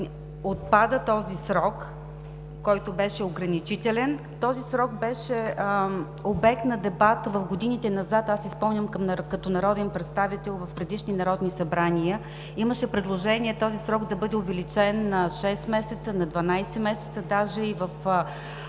отпада този срок, който беше ограничителен. Този срок беше обект на дебат в годините назад. Спомням си като народен представител в предишни народни събрания, че имаше предложения този срок да бъде увеличен на шест месеца, на дванадесет месеца, даже и в